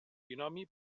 binomi